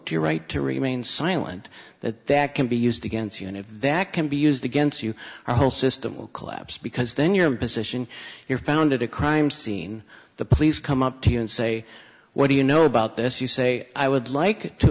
both your right to remain silent that that can be used against you and if that can be used against you our whole system will collapse because then your position your founded a crime scene the police come up to you and say what do you know about this you say i would like to